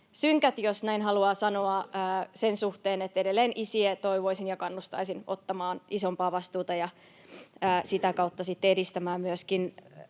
suhteen, jos näin haluaa sanoa, joten edelleen isiä toivoisin ja kannustaisin ottamaan isompaa vastuuta ja sitä kautta sitten edistämään myöskin